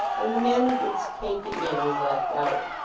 and the man who gets taken in is left out